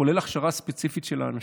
כולל הכשרה ספציפית של האנשים.